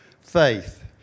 faith